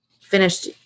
finished